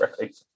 Right